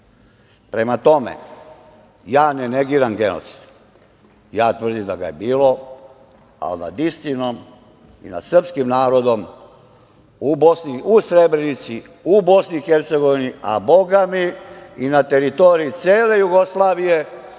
tome, ja ne negiram genocid, ja tvrdim da ga je bilo, al nad istinom i nad srpskim narodom, u Srebrenici, u BiH, a boga mi i na teritoriji cele Jugoslavije